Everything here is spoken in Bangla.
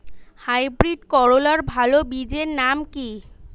হাইব্রিড করলার ভালো বীজের নাম কি?